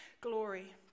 glory